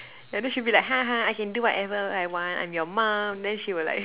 and then she will be like ha ha I can do whatever I want I'm your mom then she will like